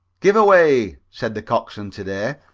give away, said the coxswain to-day,